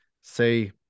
say